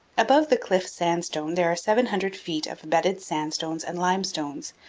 above the cliff sandstone there are seven hundred feet of bedded sandstones and limestones,